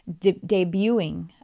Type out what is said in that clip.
debuting